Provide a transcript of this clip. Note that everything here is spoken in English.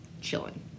chilling